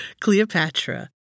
Cleopatra